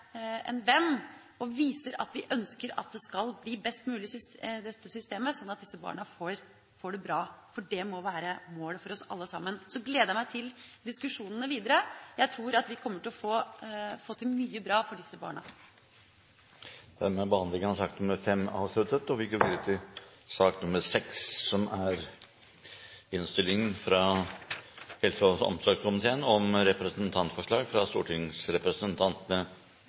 en venn og viser at vi ønsker et best mulig system, sånn at disse barna får det bra. Det må være målet for oss alle sammen. Så gleder jeg meg til diskusjonene videre. Jeg tror at vi kommer til å få til mye bra for disse barna. Sak nr. 5 er dermed ferdigbehandlet. Etter ønske fra helse- og omsorgskomiteen vil presidenten foreslå at taletiden begrenses til 40 minutter og fordeles med inntil 5 minutter til hvert parti og